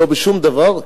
לא בשום דבר.